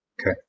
Okay